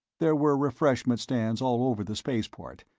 there were refreshment stands all over the spaceport,